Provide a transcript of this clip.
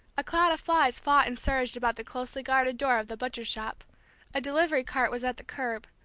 a cloud of flies fought and surged about the closely guarded door of the butcher shop a delivery cart was at the curb,